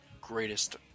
greatest